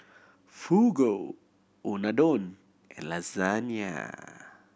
Fugu Unadon and Lasagne